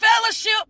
fellowship